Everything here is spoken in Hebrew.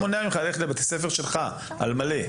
מה מונע ממך ללכת לבתי הספר שלך על מלא,